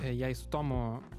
jei su tomu